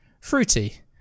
fruity